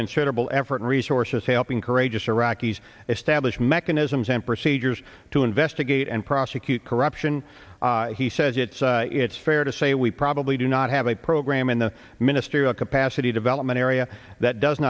considerable effort and resources helping courageous iraqis establish mechanisms and procedures to investigate and prosecute corruption he says it's it's fair to say we probably do not have a program in the ministerial capacity development area that does